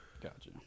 Gotcha